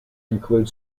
include